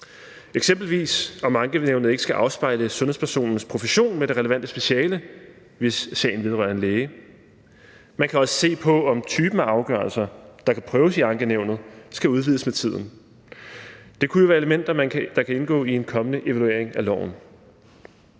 eksempelvis om ankenævnet ikke skal afspejle sundhedspersonens profession med det relevante speciale, hvis sagen vedrører en læge. Man kan også se på, om typen af afgørelser, der kan prøves i ankenævnet, skal udvides med tiden. Det kunne jo være elementer, der kan indgå i en kommende evaluering af loven.